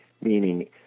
meaning